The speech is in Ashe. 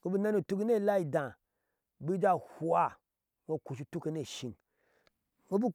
iŋo bik unɛnɛ utuk ni elaa idaa bik ja hwua, iyoo ukushu utukke ni eshingino obuk.